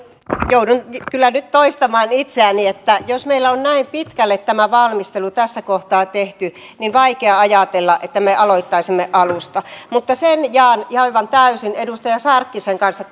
joudun kyllä nyt toistamaan itseäni että jos meillä on näin pitkälle tämä valmistelu tässä kohtaa tehty niin on vaikea ajatella että me aloittaisimme alusta mutta tämän ajatuksen näistä kaikista tavoista jaan aivan täysin edustaja sarkkisen kanssa